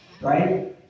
right